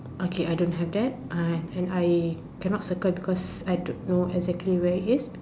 okay I don't have that I and I cannot circle because I don't know exactly where it is